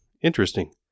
Interesting